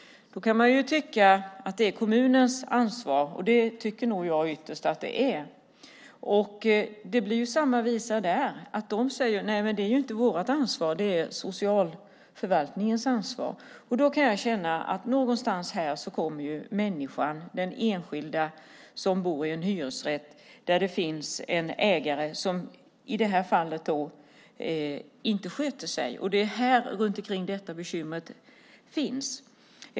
Då kan man tycka att det är kommunens ansvar, och det tycker jag nog ytterst att det är. Men det blir samma visa där. Kommunen säger att det är inte deras ansvar utan socialförvaltningens ansvar. Då kan jag känna att någonstans här kommer den enskilda människan som bor i en hyresrätt, där det finns en ägare som i det här fallet inte sköter sig, i kläm. Det är runt detta som bekymret finns.